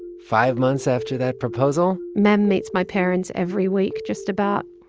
five months after that proposal. mem meets my parents every week, just about,